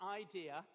idea